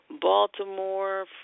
Baltimore